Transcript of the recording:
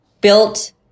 built